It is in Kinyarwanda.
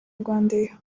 rwandair